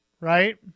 right